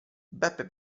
beppe